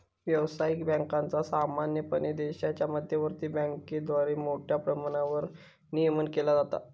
व्यावसायिक बँकांचा सामान्यपणे देशाच्या मध्यवर्ती बँकेद्वारा मोठ्या प्रमाणावर नियमन केला जाता